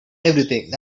everything